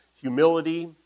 Humility